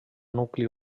nucli